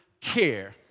care